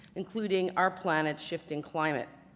including our planet's shifting climate.